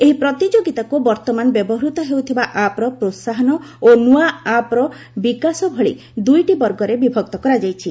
ଏହି ପ୍ରତିଯୋଗିତାକୁ ବର୍ତ୍ତମାନ ବ୍ୟବହୃତ ହେଉଥିବା ଆପ୍ର ପ୍ରୋସାହନ ଓ ନ୍ତ୍ରଆ ଆପ୍ର ବିକାଶ ଭଳି ଦୁଇଟି ବର୍ଗରେ ବିଭକ୍ତ କରାଯାଇଛି